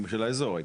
חקיקה בשביל האזור.